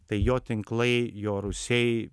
tai jo tinklai jo rūsiai